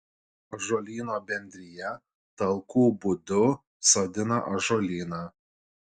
ąžuolyno bendrija talkų būdu sodina ąžuolyną